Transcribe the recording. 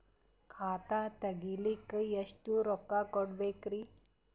ಖಾತಾ ತೆರಿಲಿಕ ಎಷ್ಟು ರೊಕ್ಕಕೊಡ್ಬೇಕುರೀ?